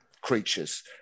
creatures